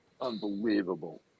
Unbelievable